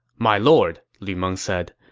my lord, lu meng said,